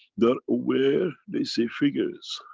they are aware, they see figures.